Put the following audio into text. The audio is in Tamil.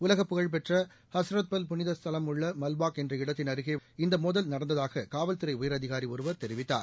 உலகப் புகழ்பெற்ற ஹஸ்ரத்பல் புனித ஸ்தலம் உள்ளமல்பாக் என்ற இடத்திள் அருகே இந்தமோதல் நடந்ததாககாவல்துறைஉயரதிகாரிஒருவர் தெரிவித்தார்